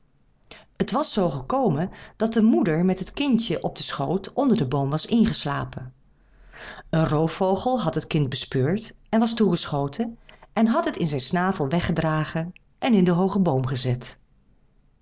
het was z gekomen dat de moeder met het kindje op den schoot onder den boom was ingeslapen een roofvogel had het kind bespeurd en was toegeschoten en had het in zijn snavel weggedragen en in den hoogen boom gezet